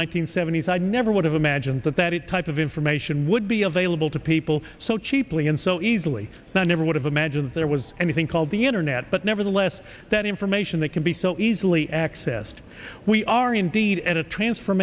hundred seventy s i never would have imagined that that it type of information would be available to people so cheaply and so easily never would have imagined that there was anything called the internet but nevertheless that information that can be so easily accessed we are indeed at a transfer